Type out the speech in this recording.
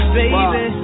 baby